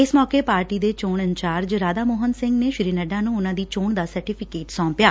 ਇਸ ਮੌਕੇ ਪਾਰਟੀ ਦੇ ਚੋਣ ਇੰਚਾਰਜ ਰਾਧਾ ਮੋਹਨ ਸਿੰਘ ਨੇ ਸ੍ਰੀ ਨੱਡਾ ਨੂੰ ਉਨ੍ਨਾਂ ਦੀ ਚੋਣ ਦਾ ਸਰਟੀਫੀਕੇਟ ਸੌਪਿਆ